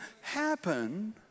happen